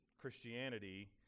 Christianity